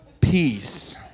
peace